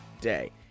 day